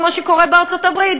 כמו שקורה בארצות-הברית,